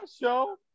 show